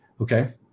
Okay